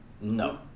No